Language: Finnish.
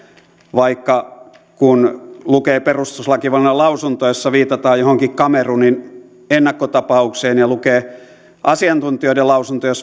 vaikka kun lukee perustuslakivaliokunnan lausuntoa jossa viitataan johonkin kamerunin ennakkotapaukseen ja lukee asiantuntijoiden lausuntoja joissa